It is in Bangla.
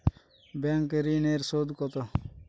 ব্যাঙ্ক ঋন এর সুদ কত?